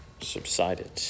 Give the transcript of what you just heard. subsided